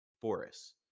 forests